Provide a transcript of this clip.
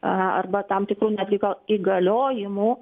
arba tam tikrų netgi gal įgaliojimų